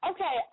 Okay